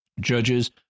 Judges